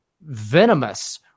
venomous